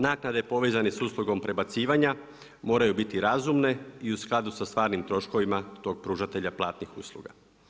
Naknade povezane sa uslugom prebacivanja moraju biti razumne i u skladu sa stvarnim troškovima tog pružatelja platnih usluga.